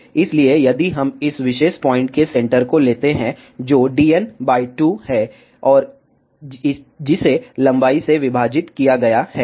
इसलिए यदि हम इस विशेष पॉइंट के सेंटर को लेते हैं जो dn 2 है और जिसे लंबाई से विभाजित किया गया है